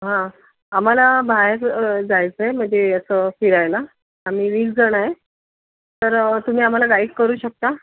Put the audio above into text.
हां आम्हाला बाहेर जायचं आहे म्हणजे असं फिरायला आम्ही वीस जण आहे तर तुम्ही आम्हाला गाईड करू शकता